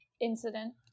incident